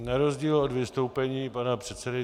Na rozdíl od vystoupení pana předsedy